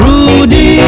Rudy